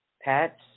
pets